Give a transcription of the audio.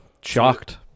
shocked